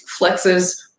flexes